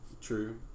True